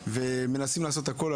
ומנסים לעשות הכול.